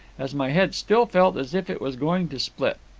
as my head still felt as if it was going to split.